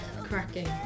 cracking